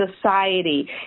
society